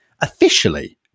officially